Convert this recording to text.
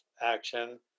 action